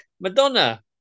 Madonna